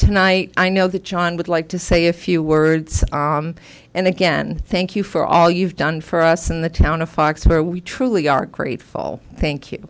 tonight i know that john would like to say a few words and again thank you for all you've done for us in the town of fox where we truly are grateful thank you